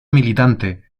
militante